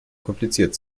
kompliziert